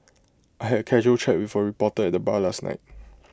I had A casual chat with A reporter at the bar last night